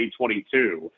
2022